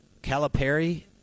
Calipari –